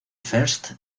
first